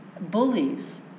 bullies